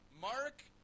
Mark